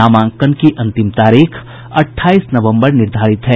नामांकन की अंतिम तारीख अठाईस नवम्बर निर्धारित है